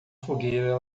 fogueira